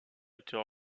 était